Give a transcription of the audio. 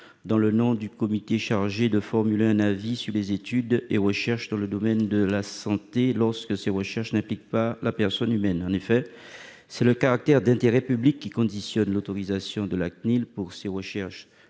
dans le nom du comité chargé de formuler un avis sur les études et recherches dans le domaine de la santé lorsque ces recherches n'impliquent pas la personne humaine. En effet, c'est le caractère d'intérêt public qui conditionne l'autorisation de la CNIL pour ces recherches.